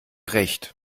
recht